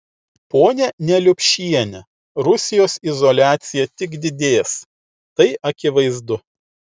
ponia neliupšiene rusijos izoliacija tik didės tai akivaizdu